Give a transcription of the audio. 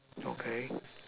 okay